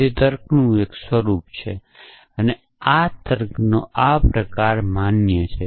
તે તર્કનું એક સ્વરૂપ છે આ તર્કનો આ પ્રકાર માન્ય છે